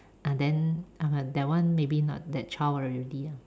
ah then uh that one maybe not that child already lah